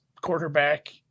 quarterback